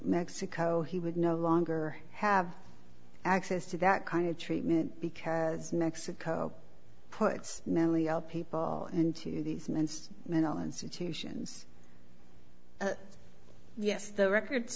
mexico he would no longer have access to that kind of treatment because mexico puts mentally ill people into these men's mental institutions yes the record